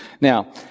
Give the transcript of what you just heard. Now